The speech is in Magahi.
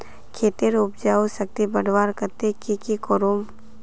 खेतेर उपजाऊ शक्ति बढ़वार केते की की करूम?